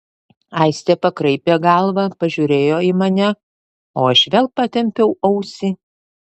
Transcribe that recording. aistė pakraipė galvą pažiūrėjo į mane o aš vėl patempiau ausį